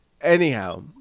Anyhow